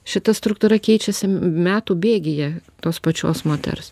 šita struktūra keičiasi metų bėgyje tos pačios moters